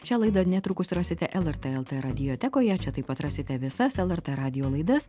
šią laidą netrukus rasite lrt lt radiotekoje čia taip pat rasite visas lrt radijo laidas